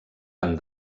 han